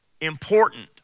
important